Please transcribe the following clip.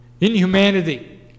Inhumanity